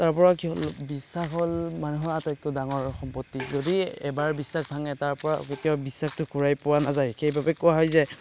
তাৰ পৰা কি হ'ল বিশ্বাস হ'ল মানুহৰ আটাইতকৈ ডাঙৰ সম্পত্তি যদি এবাৰ বিশ্বাস ভাঙে তাৰ পৰা কেতিয়াও বিশ্বাসটো ঘূৰাই পোৱা নাযায় সেইবাবে কোৱা হয় যে